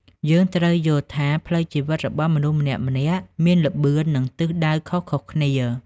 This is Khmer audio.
យើងត្រូវយល់ថា ផ្លូវជីវិតរបស់មនុស្សម្នាក់ៗមាន "ល្បឿន" និង "ទិសដៅ" ខុសៗគ្នា។